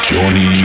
Johnny